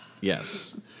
Yes